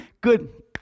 Good